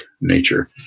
nature